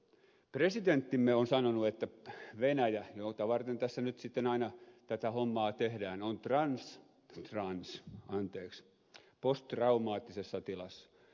presidenttimme on sanonut että venäjä jota varten tässä nyt sitten aina tätä hommaa tehdään on posttraumaattisessa tilassa